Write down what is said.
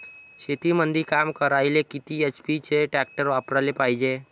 शेतीमंदी काम करायले किती एच.पी चे ट्रॅक्टर वापरायले पायजे?